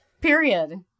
period